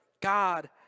God